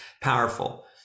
powerful